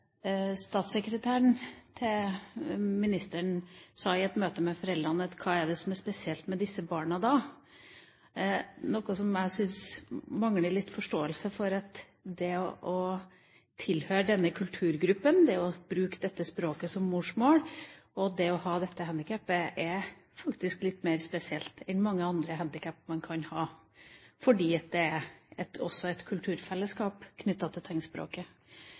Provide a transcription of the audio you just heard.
Statssekretæren til ministeren spurte i et møte med foreldrene: Hva er det som er spesielt med disse barna, da – noe som jeg syns viser manglende forståelse for at det å tilhøre denne kulturgruppen, det å bruke dette språket som morsmål og det å ha dette handikapet faktisk er litt mer spesielt enn mange andre handikap man kan ha, fordi det også er et kulturfellesskap knyttet til tegnspråket. Deler statsråden statssekretærens uttalelse? Eller har hun forståelse for at det er